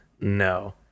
no